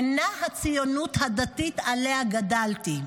אינה הציונות הדתית שעליה גדלתי,